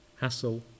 hassle